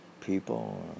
people